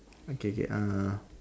okay K uh